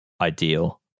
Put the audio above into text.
ideal